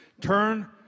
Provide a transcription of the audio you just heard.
Turn